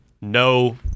No